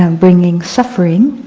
um bringing suffering,